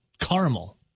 caramel